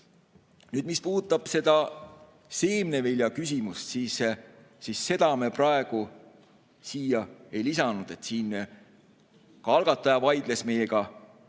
Nüüd, mis puudutab seemnevilja küsimust, siis seda me praegu siia ei lisanud. Ka algataja vaidles meile